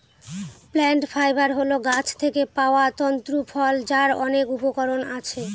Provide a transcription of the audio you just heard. plant fibre হল গাছ থেকে পাওয়া তন্তু ফল যার অনেক উপকরণ আছে